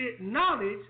knowledge